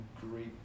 great